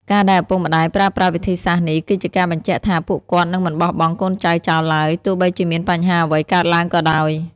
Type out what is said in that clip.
ការដែលឪពុកម្ដាយប្រើប្រាស់វិធីសាស្រ្តនេះ គឺជាការបញ្ជាក់ថាពួកគាត់នឹងមិនបោះបង់កូនចៅចោលឡើយ ទោះបីជាមានបញ្ហាអ្វីកើតឡើងក៏ដោយ។